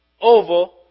over